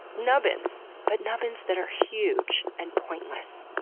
nubbins, but nubbins that are huge, and pointless.